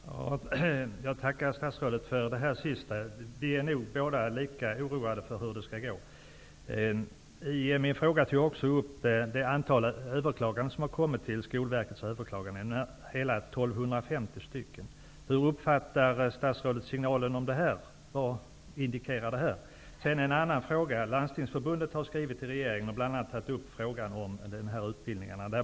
Fru talman! Jag tackar statsrådet för det det hon sade i avslutningen av sitt inlägg. Vi är nog båda lika oroade över hur det skall gå. I min fråga tog jag också upp att 1 250 överklaganden har kommit till Skolverkets överklagandenämnd. Hur uppfattar statsrådet detta? Vad indikerar detta? Landstingsförbundet har skrivit till regeringen och bl.a. tagit upp frågan om de här utbildningarna.